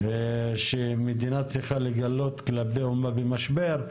שמדינה צריכה לגלות כלפי אומה במשבר,